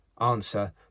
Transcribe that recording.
answer